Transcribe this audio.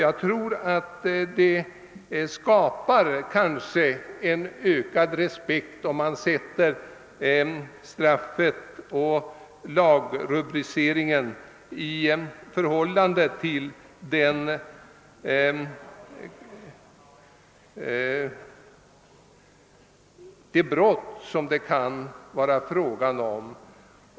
Jag tror att det skapar större respekt för lagen om straffet och brottsrubriceringen står i rimligt förhållande till det aktuella brottet.